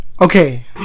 okay